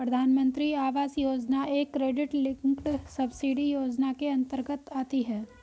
प्रधानमंत्री आवास योजना एक क्रेडिट लिंक्ड सब्सिडी योजना के अंतर्गत आती है